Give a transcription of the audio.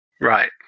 Right